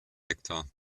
nektar